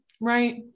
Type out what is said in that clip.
Right